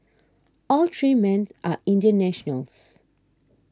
all three men are Indian nationals